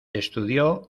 estudió